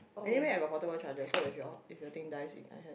anyway I got portable charger so if your if your thing dies it I have